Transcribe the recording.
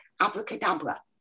abracadabra